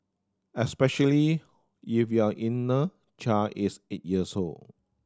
especially if your inner child is eight years old